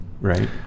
Right